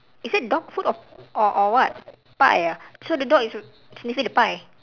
is it dog food or or or what pie ah so the dog is sniffing the pie